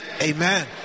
Amen